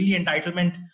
entitlement